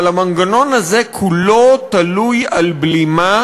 אבל המנגנון הזה כולו תלוי על בלימה,